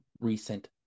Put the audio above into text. recent